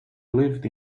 lived